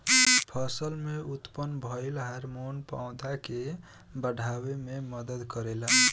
फसल में उत्पन्न भइल हार्मोन पौधा के बाढ़ावे में मदद करेला